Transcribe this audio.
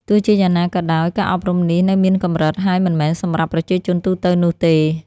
ទោះជាយ៉ាងណាក៏ដោយ ការអប់រំនេះនៅមានកម្រិត ហើយមិនមែនសម្រាប់ប្រជាជនទូទៅនោះទេ។